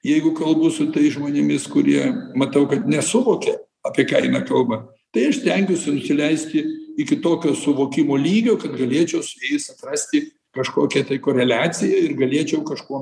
jeigu kalbu su tais žmonėmis kurie matau kad nesuvokia apie ką eina kalba tai aš stengiuosi nusileisti iki tokio suvokimo lygio kad galėčiau su jais atrasti kažkokią tai koreliaciją ir galėčiau kažkuom